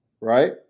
Right